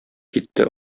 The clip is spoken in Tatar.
китте